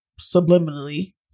subliminally